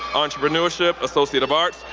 entrepreneurship, associate of arts,